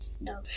No